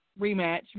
rematch